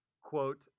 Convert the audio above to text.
quote